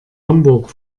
hamburg